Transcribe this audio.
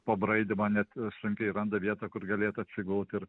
pabraidymą net sunkiai randa vietą kur galėtų atsigult ir